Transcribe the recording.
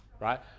right